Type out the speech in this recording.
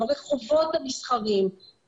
ברחובות המסחריים,